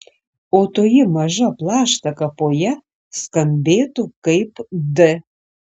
o toji maža plaštaka po ja skambėtų kaip d